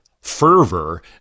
fervor